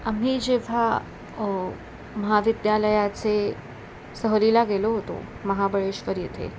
आम्ही जेव्हा महाविद्यालयाचे सहलीला गेलो होतो महाबळेश्वर येथे